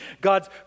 God's